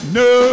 no